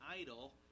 idol